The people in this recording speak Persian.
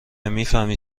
میفهمی